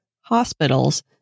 hospitals